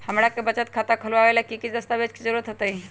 हमरा के बचत खाता खोलबाबे ला की की दस्तावेज के जरूरत होतई?